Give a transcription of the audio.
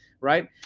right